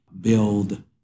build